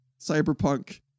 Cyberpunk